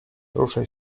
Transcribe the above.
ruszaj